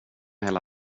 hela